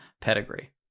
pedigree